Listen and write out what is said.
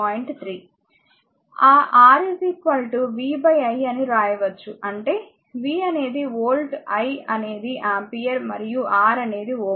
ఆ R v i అని వ్రాయవచ్చు అంటే v అనేది వోల్ట్ i అనేది ఆంపియర్ మరియు R అనేదిΩ